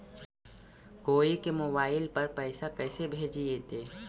कोई के मोबाईल पर पैसा कैसे भेजइतै?